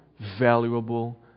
valuable